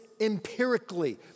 empirically